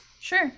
Sure